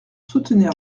soutenir